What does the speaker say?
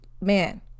man